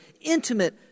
intimate